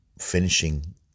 finishing